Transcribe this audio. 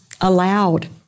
allowed